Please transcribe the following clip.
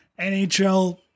nhl